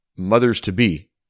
mothers-to-be